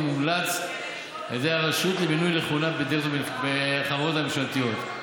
המומלץ על ידי הרשות למינוי לכהונה כדירקטורים בחברות ממשלתיות.